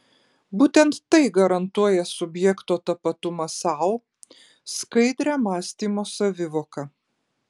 būtent tai garantuoja subjekto tapatumą sau skaidrią mąstymo savivoką